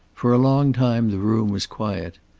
for a long time the room was quiet.